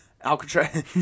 Alcatraz